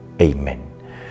Amen